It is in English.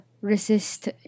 resist